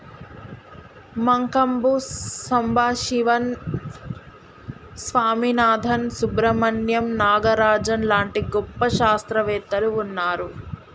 మంకంబు సంబశివన్ స్వామినాధన్, సుబ్రమణ్యం నాగరాజన్ లాంటి గొప్ప శాస్త్రవేత్తలు వున్నారు